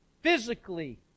physically